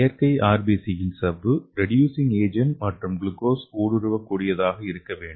செயற்கை ஆர்பிசியின் சவ்வு ரெடுசிங் ஏஜன்ட் மற்றும் குளுக்கோஸ் ஊடுருவக்கூடியதாக இருக்க வேண்டும்